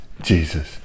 Jesus